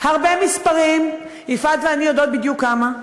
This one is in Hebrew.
הרבה מספרים, יפעת ואני יודעות בדיוק כמה,